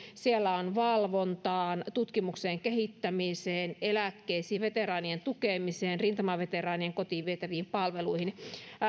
siellä on valvontaan tutkimukseen ja kehittämiseen eläkkeisiin veteraanien tukemiseen rintamaveteraanien kotiin vietäviin palveluihin